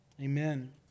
amen